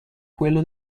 quello